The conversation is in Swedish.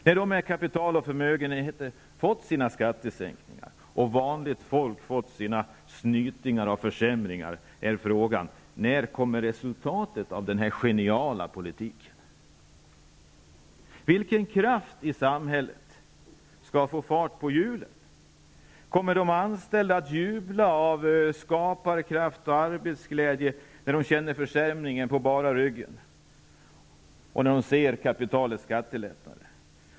När de med kapital och förmögenheter har fått sina skattesänkningar och vanligt folk har fått sina snytingar med försämringar, uppstår frågan: När kommer resultatet av den här geniala politiken? Vilken kraft i samhället skall få fart på hjulen? Kommer de anställda att jubla av skaparkraft och arbetsglädje, när de känner försämringarna in på bara ryggen och när de ser att kapitalet får skattelättnader?